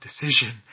decision